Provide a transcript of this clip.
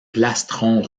plastron